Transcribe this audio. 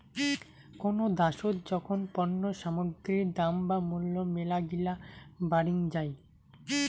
কোনো দ্যাশোত যখন পণ্য সামগ্রীর দাম বা মূল্য মেলাগিলা বাড়িং যাই